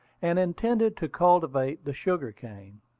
and intended to cultivate the sugar-cane.